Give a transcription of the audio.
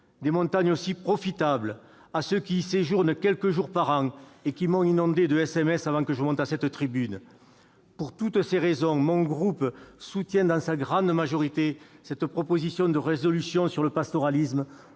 des montagnes également profitables à ceux qui y séjournent quelques jours par an et qui m'ont inondé de SMS avant que je ne monte à cette tribune. Pour toutes ces raisons, mon groupe soutient dans sa grande majorité cette proposition de résolution sur le pastoralisme